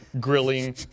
grilling